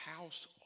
house